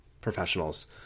professionals